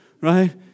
Right